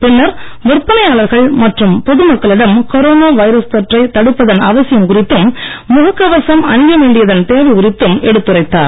பின்னர் விற்பனையாளர்கள் மற்றும் பொது மக்களிடம் கொரோனா வைரஸ் தொற்றை தடுப்பதன் அவசியம் குறித்தும் முக கவசம் அணிய வேண்டியதன் தேவை குறித்தும் எடுத்துரைத்தார்